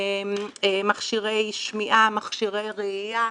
מכשירי שמיעה, מכשירי ראייה.